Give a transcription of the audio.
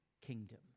kingdom